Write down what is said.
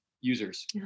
users